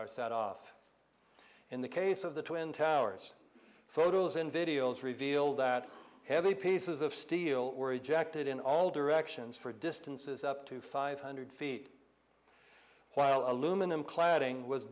are set off in the case of the twin towers photos and videos reveal that heavy pieces of steel were ejected in all directions for distances up to five hundred feet while aluminum cladding was